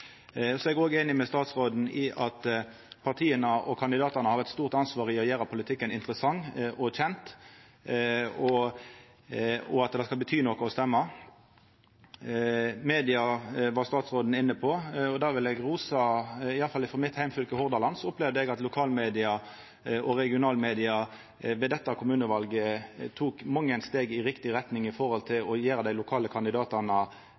Eg er òg einig med statsråden i at partia og kandidatane har eit stort ansvar for å gjera politikken interessant og kjent, og for at det skal bety noko å stemma. Statsråden var inne på media. I alle fall i mitt heimfylke, Hordaland, opplevde eg at lokalmedia og regionalmedia ved dette kommunevalet tok mange steg i riktig retning når det gjeld å gjera dei lokale kandidatane